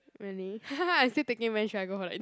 really I still thinking when should I go for like